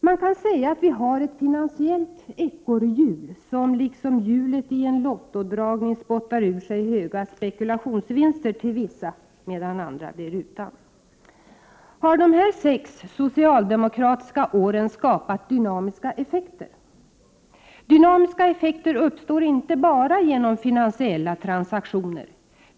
Man kan säga att vi har ett finansiellt ekorrhjul, som liksom hjulet i en lottodragning spottar ur sig höga spekulationsvinster till vissa, medan andra blir utan. Har de här sex socialdemokratiska åren skapat dynamiska effekter? Dynamiska effekter uppstår inte bara genom finansiella transaktioner.